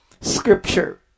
scripture